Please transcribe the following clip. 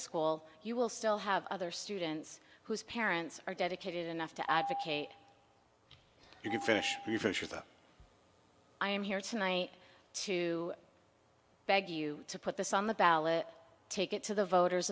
school you will still have other students whose parents are dedicated enough to advocate you can finish i am here tonight to beg you to put this on the ballot take it to the voters